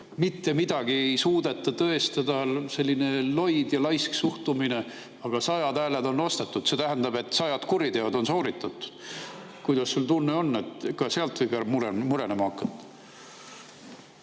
Mitte midagi ei suudeta tõestada, selline loid ja laisk suhtumine. Aga sajad hääled on ostetud. See tähendab, et sajad kuriteod on sooritatud. Kuidas sul tunne on, kas ka sealt võib veel midagi